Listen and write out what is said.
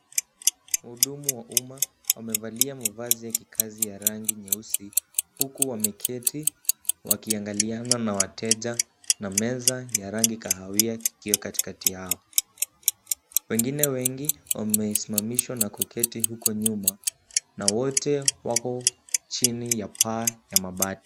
Muhudumu wa umma, amevalia mavazi ya kikazi ya rangi nyeusi, huku wameketi wakiyangaliana na wateja na meza ya rangi kahawia kikiwa katikati yao. Wengine wengi wameisimamishwa na koketi huko nyuma, na wote wako chini ya paa ya mabati.